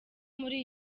muri